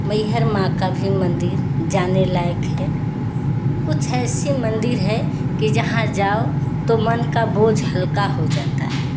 मैहर माँ का भी मंदिर जाने लायक है कुछ ऐसी मंदिर है कि जहाँ जाओ तो मन का बोझ हल्का हो जाता है